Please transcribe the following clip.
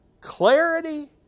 clarity